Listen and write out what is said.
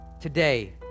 today